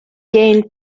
gained